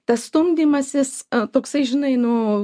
tas stumdymasis toksai žinai nu